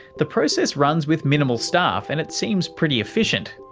the process runs with minimal staff and it seems pretty efficient.